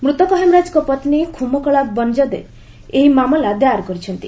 ମୃତକ ହେମରାଜଙ୍କ ପତ୍ନୀ ଖୁମକଳା ବନଯାଦେ ଏହି ମାମଲା ଦାୟର କରିଛନ୍ତି